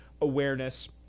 awareness